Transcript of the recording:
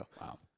Wow